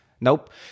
nope